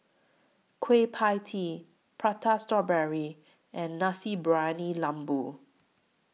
Kueh PIE Tee Prata Strawberry and Nasi Briyani Lembu